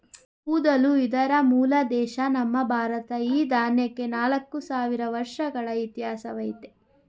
ಊದಲು ಇದರ ಮೂಲ ದೇಶ ನಮ್ಮ ಭಾರತ ಈ ದಾನ್ಯಕ್ಕೆ ನಾಲ್ಕು ಸಾವಿರ ವರ್ಷಗಳ ಇತಿಹಾಸವಯ್ತೆ